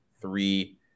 three